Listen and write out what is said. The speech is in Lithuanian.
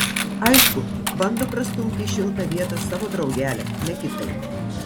aišku bando prastumti į šiltą vietą savo draugelę ne kitaip